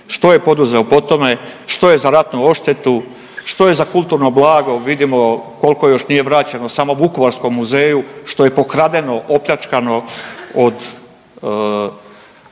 Što je poduzeo po tome, što je za ratnu odštetu, što je za kulturno blago. Vidimo koliko još nije vraćeno samo Vukovarskom muzeju što je pokradeno, opljačkano od